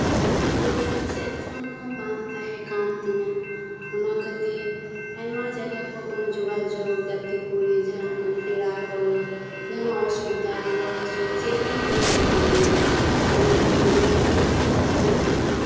ᱤᱧᱟᱹᱜ ᱪᱮᱫ ᱯᱷᱚᱱ ᱦᱚᱸ ᱵᱟᱝ ᱛᱟᱦᱮᱸ ᱠᱟᱱᱛᱤᱧᱟᱹ ᱚᱱᱟ ᱠᱷᱟᱹᱛᱤᱨ ᱟᱭᱢᱟ ᱡᱟᱭᱜᱟ ᱠᱷᱚᱡ ᱡᱟᱦᱟᱱ ᱡᱚᱜᱟᱡᱚᱜ ᱜᱟᱛᱮ ᱠᱩᱲᱤ ᱡᱟᱦᱟᱸᱱᱟᱜ ᱯᱮᱲᱟᱯᱟᱹᱣᱨᱟᱹ ᱡᱟᱦᱟᱱᱟᱜ ᱚᱥᱩᱵᱤᱛᱷᱟ ᱨᱩᱣᱟᱹ ᱦᱟᱥᱩ ᱪᱮᱫᱜᱤ ᱵᱟᱹᱧ ᱵᱟᱰᱟᱭ ᱧᱟᱢᱮᱫ ᱛᱟᱦᱮᱸᱫ ᱟ ᱚᱱᱟᱠᱷᱟᱹᱛᱤᱨ ᱤᱧᱫᱚ ᱟᱭᱢᱟ ᱫᱤᱱ ᱤᱧ ᱠᱟᱹᱢᱤ ᱠᱮᱫᱟ